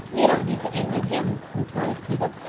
you don't need to envy him, retorted peter.